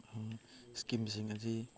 ꯏꯁꯀꯤꯝꯁꯤꯡ ꯑꯁꯤ